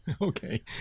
Okay